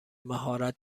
مهارت